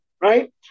right